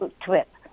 trip